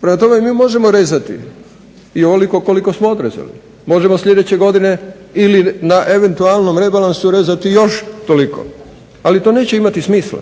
Prema tome, mi možemo rezati i ovoliko koliko smo odrezali, možemo sljedeće godine ili na eventualnom rebalansu rezati još toliko ali to neće imati smisla